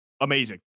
amazing